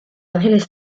angeles